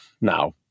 Now